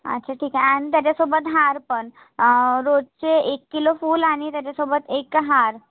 अच्छा ठीक आहे आणि त्याच्यासोबत हार पण रोजचे एक किलो फूल आणि त्याच्यासोबत एक हार